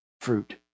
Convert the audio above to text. fruit